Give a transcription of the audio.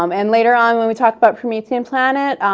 um and later on, when we talk about promethean planet,